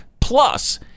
plus